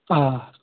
آ